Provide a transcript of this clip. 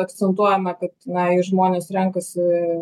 akcentuojame kad na jei žmonės renkasi